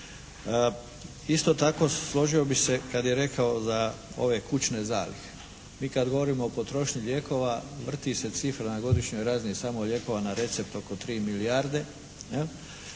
Isto tako složio bih se kad je rekao za ove kućne zalihe. Mi kad govorimo o potrošnji lijekova vrti se cifra na godišnjoj razini samo lijekova na recept oko 3 milijarde